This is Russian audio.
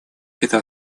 это